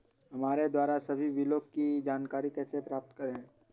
हमारे द्वारा सभी बिलों की जानकारी कैसे प्राप्त करें?